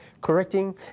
correcting